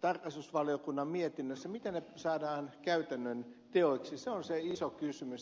tarkastusvaliokunnan mietinnössä saadaan käytännön teoiksi on se iso kysymys